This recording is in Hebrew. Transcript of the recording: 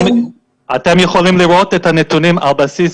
אתם יכולים לראות את הנתונים על בסיס